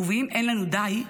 ובאם אין לנו די,